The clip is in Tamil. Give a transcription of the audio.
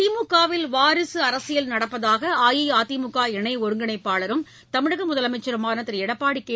திமுக வில் வாரிசு அரசியல் நடப்பதாக அஇஅதிமுக இணை ஒருங்கிணைப்பாளரும் தமிழக முதலமைச்சருமான திரு எடப்பாடி கே